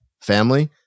family